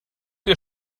dir